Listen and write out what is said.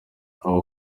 our